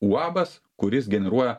uabas kuris generuoja